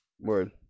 Word